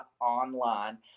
online